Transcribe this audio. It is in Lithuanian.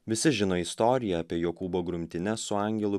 visi žino istoriją apie jokūbo grumtynes su angelu